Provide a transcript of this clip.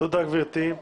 תודה גברתי.